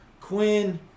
Quinn